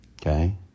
Okay